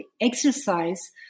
exercise